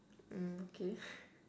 mm okay